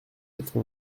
quatre